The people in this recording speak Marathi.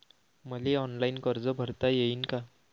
मले ऑनलाईन कर्ज भरता येईन का?